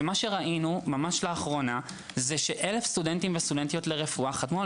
מה שראינו ממש לאחרונה ש-1,000 סטודנטים וסטודנטיות חתמו על